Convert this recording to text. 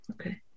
Okay